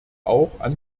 auch